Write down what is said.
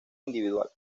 individual